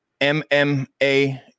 mma